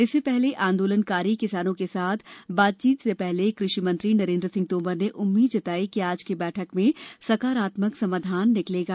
इससे पहले आंदोलनकारी किसानों के साथ बातचीत से पहले कृषि मंत्री नरेंद्र सिंह तोमर ने उम्मीद जताई कि आज की बैठक में सकारात्मक समाधान निकलेगा